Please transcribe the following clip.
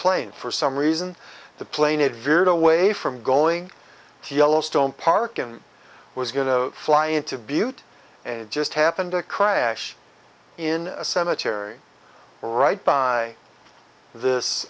plane for some reason the plane it veered away from going to yellowstone park and was going to fly into butte and just happened to crash in a cemetery right by this